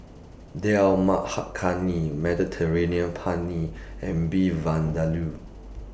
Dal Makhani Mediterranean Penne and Beef Vindaloo